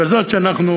כזאת שאנחנו